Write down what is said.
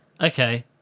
Okay